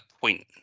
point